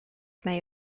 may